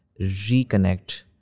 reconnect